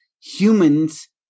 Humans